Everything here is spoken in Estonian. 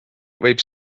võib